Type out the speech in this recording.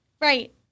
Right